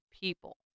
people